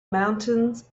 mountains